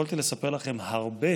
יכולתי לספר לכם הרבה